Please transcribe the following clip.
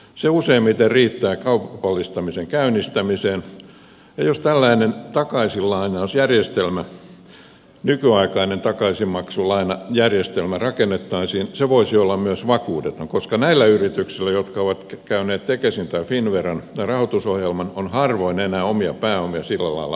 se useimmiten riittää kaupallistamisen käynnistämiseen ja jos tällainen nykyaikainen takaisinmaksulainajärjestelmä rakennettaisiin se voisi olla myös vakuudeton koska näillä yrityksillä jotka ovat käyneet tekesin tai finnveran rahoitusohjelman on harvoin enää omia pääomia sillä lailla jäljellä